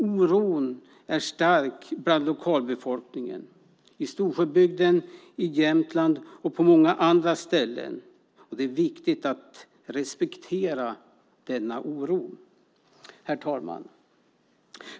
Oron är stark bland lokalbefolkningen i Storsjöbygden i Jämtland och på många andra ställen. Det är viktigt att respektera att det finns oro. Herr talman!